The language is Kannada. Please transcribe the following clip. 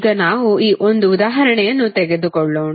ಈಗ ನಾವು 1 ಉದಾಹರಣೆಯನ್ನು ತೆಗೆದುಕೊಳ್ಳೋಣ